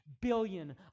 billion